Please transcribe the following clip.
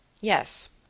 Yes